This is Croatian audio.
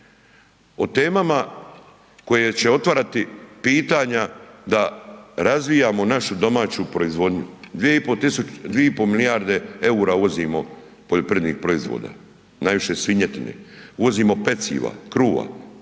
o temama koje će otvarati pitanja da razvijamo našu domaću proizvodnju, 2,5 milijarde EUR-a uvozimo poljoprivrednih proizvoda, najviše svinjetine, uvozimo peciva, kruva,